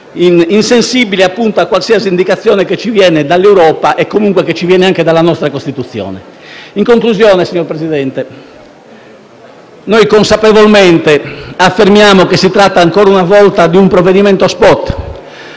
insensibili a qualsiasi indicazione che ci viene dall'Europa e dalla nostra Costituzione. In conclusione, signor Presidente, noi consapevolmente affermiamo che si tratta ancora una volta di un provvedimento *spot*,